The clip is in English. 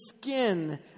skin